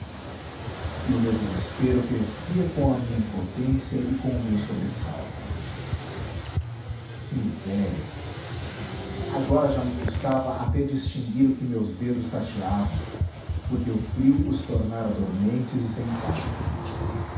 e o meu desespero crescia com a minha impotência e com o meu sobressalto miséria agora já me custava até distinguir o que meus dedos tateavam porque o frio os tornara dormentes e sem tato